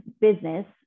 business